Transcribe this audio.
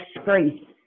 screen